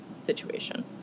situation